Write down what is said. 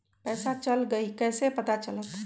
पैसा चल गयी कैसे पता चलत?